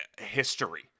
history